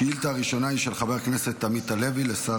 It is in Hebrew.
השאילתה הראשונה היא של חבר הכנסת עמית הלוי לשר